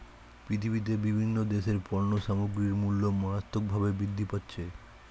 পৃথিবীতে বিভিন্ন দেশের পণ্য সামগ্রীর মূল্য মারাত্মকভাবে বৃদ্ধি পাচ্ছে